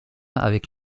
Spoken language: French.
avec